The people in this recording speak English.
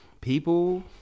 people